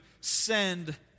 send